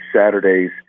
Saturdays